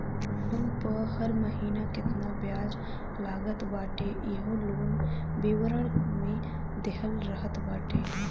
loan पअ हर महिना केतना बियाज लागत बाटे इहो लोन विवरण में देहल रहत बाटे